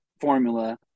formula